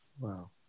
Wow